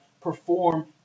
perform